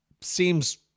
seems